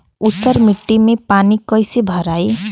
ऊसर मिट्टी में पानी कईसे भराई?